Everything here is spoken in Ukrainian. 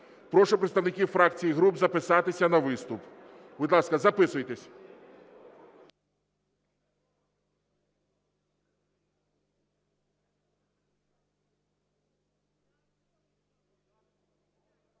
Прошу представників фракцій і груп записатися на виступ. Будь ласка, записуйтесь.